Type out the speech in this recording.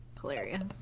Hilarious